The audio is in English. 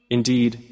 Indeed